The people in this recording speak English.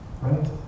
Right